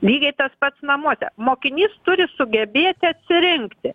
lygiai tas pats namuose mokinys turi sugebėti atsirinkti